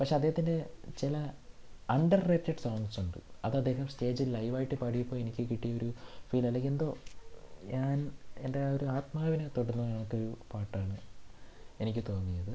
പക്ഷേ അദ്ദേഹത്തിൻ്റെ ചില അണ്ടർ റേറ്റഡ് സോങ്സുണ്ട് അത് അദ്ദേഹം സ്റ്റേജിൽ ലൈവായിട്ട് പാടിയപ്പോൾ എനിക്ക് കിട്ടിയൊരു ഫീല് അല്ലെങ്കിൽ എന്തോ ഞാൻ എൻ്റെ ആ ഒരു ആത്മാവിനെ തൊടുന്നത് കണക്കൊരു പാട്ടാണ് എനിക്ക് തോന്നിയത്